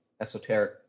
esoteric